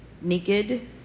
naked